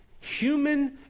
human